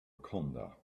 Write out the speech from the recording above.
conda